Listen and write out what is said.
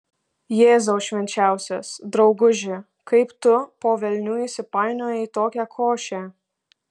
jėzau švenčiausias drauguži kaip tu po velnių įsipainiojai į tokią košę